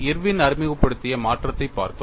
Irwin அறிமுகப்படுத்திய மாற்றத்தைப் பார்த்தோம்